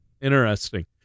Interesting